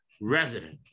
resident